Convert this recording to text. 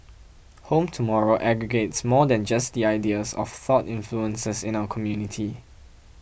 Home Tomorrow aggregates more than just the ideas of thought influences in our community